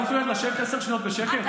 את לא מסוגלת לשבת עשר שניות בשקט?